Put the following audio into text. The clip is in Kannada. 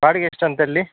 ಬಾಡಿಗೆ ಎಷ್ಟು ಅಂತೆ ಅಲ್ಲಿ